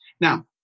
Now